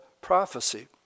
prophecy